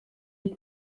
you